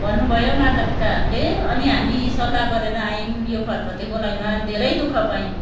भन्नु भयो माता पिताहरूले अनि हामी सल्लाह गरेर आयौँ यो फतफते गोलाईमा धेरै दुःख पायौँ